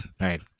right